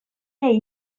nahi